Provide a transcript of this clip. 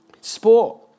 Sport